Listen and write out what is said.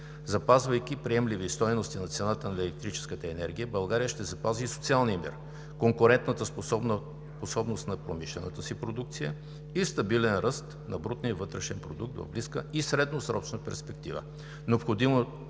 Запазвайки приемливи стойности на цената на електрическата енергия, България ще запази и социалния мир, конкурентната способност на промишлената си продукция и стабилен ръст на брутния вътрешен продукт в близка и средносрочна перспектива,